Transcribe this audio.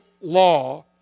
law